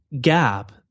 gap